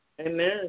Amen